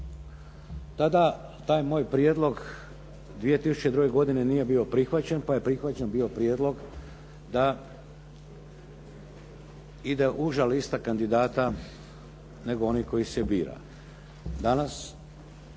Tada taj moj prijedlog 2002. godine nije bio prihvaćen, pa je prihvaćen bio prijedlog da ide uža lista kandidata nego onih koji se bira.